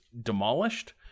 demolished